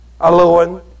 alone